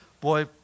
Boy